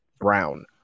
brown